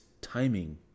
timing